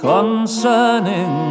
Concerning